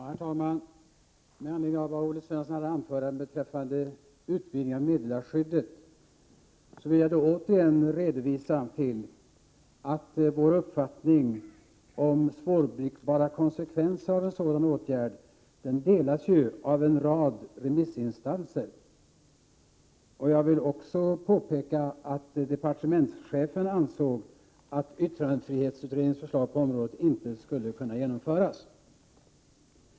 Herr talman! Med anledning av vad Olle Svensson hade att anföra beträffande utvidgningen av meddelarskyddet vill jag återigen hänvisa till att vår uppfattning om de svåröverblickbara konsekvenserna av en sådan åtgärd delas av en rad remissinstanser. Jag vill också påpeka att departementschefen ansåg att yttrandefrihetsutredningens förslag på detta område inte skulle kunna genomföras.